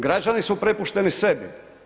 Građani su prepušteni sebi.